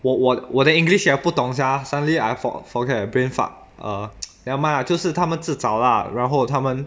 我我我的 english 也不懂 sia suddenly I fo~ forget brain fuck err never mind lah 就是他们自找 lah 然后他们